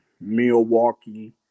milwaukee